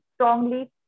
strongly